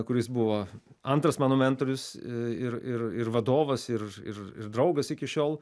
kuris buvo antras mano mentorius ir ir ir vadovas ir ir ir draugas iki šiol